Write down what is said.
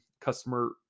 customer